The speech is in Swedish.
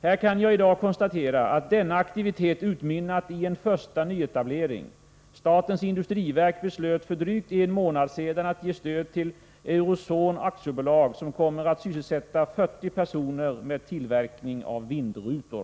Här kan jag i dag konstatera att denna aktivitet utmynnat i en första nyetablering. Statens industriverk beslöt för drygt en månad sedan att ge stöd till Eurosun AB, som kommer att sysselsätta 40 personer med tillverkning av vindrutor.